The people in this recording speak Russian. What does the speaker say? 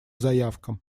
заявкам